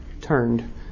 turned